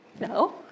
No